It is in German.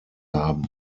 haben